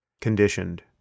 conditioned